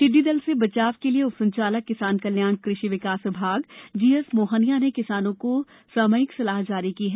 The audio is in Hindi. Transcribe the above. टिड़डी दल से बचाव के लिए उपसंचालक किसान कल्याण कृषि विकास विभाग जीएस मोहनिया ने किसानों को सामायिक सलाह जारी की है